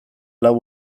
lau